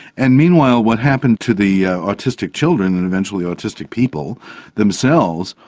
and meanwhile, what happened to the autistic children, and eventually autistic people themselves,